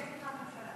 יש תמיכת ממשלה.